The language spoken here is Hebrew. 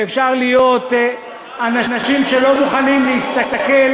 ואפשר להיות אנשים שלא מוכנים להסתכל,